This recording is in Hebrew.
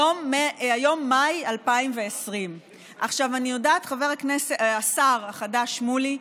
היום מאי 2020. אני יודעת, השר החדש שמולי,